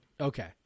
Okay